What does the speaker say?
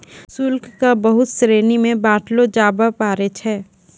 शुल्क क बहुत श्रेणी म बांटलो जाबअ पारै छै